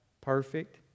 perfect